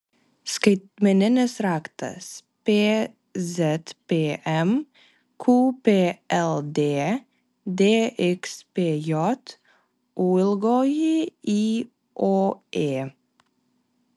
skaitmeninis raktas pzpm qpld dxpj ūioė